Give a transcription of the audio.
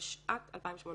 התשע"ט 2018"